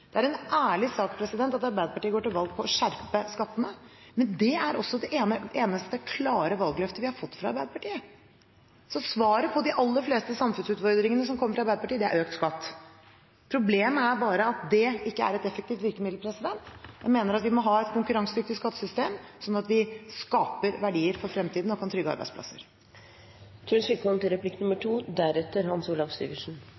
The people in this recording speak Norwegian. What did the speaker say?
Det er en ærlig sak at Arbeiderpartiet går til valg på å skjerpe skattene, men det er også det eneste klare valgløftet vi har fått fra Arbeiderpartiet. Så svaret på de aller fleste samfunnsutfordringene som kommer fra Arbeiderpartiet er økt skatt. Problemet er bare at det ikke er et effektivt virkemiddel. Jeg mener vi må ha et konkurransedyktig skattesystem, slik at vi skaper verdier for fremtiden og kan trygge arbeidsplasser. Det er ikke riktig, det finansministeren sier. Arbeiderpartiet går til